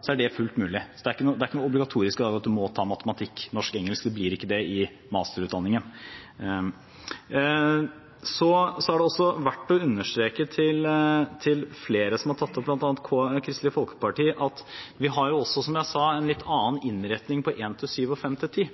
så er det fullt mulig. Det er ikke obligatorisk i dag at man må ta matematikk, norsk og engelsk – det blir ikke det i masterutdanningen. Så er det også verdt å understreke overfor flere som har tatt det opp, bl.a. Kristelig Folkeparti, at vi har, som jeg sa, en litt annen innretning på 1–7 og 5–10,